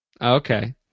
Okay